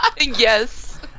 Yes